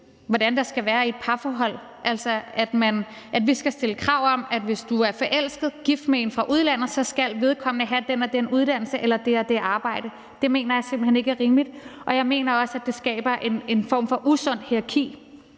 hvordan det skal være i et parforhold, altså at vi skal stille krav om, at hvis du er forelsket, gift med en fra udlandet, skal vedkommende have den og den uddannelse eller det og det arbejde. Det mener jeg simpelt hen ikke er rimeligt, og jeg mener også, at det skaber en form for usundt hierarki